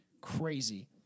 crazy